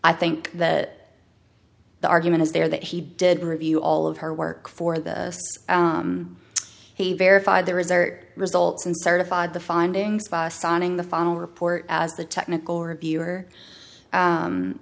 i think that the argument is there that he did review all of her work for the he verified the resort results and certified the findings by signing the final report as the technical review